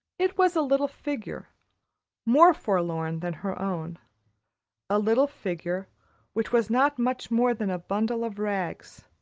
it was a little figure more forlorn than her own a little figure which was not much more than a bundle of rags,